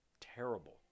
terrible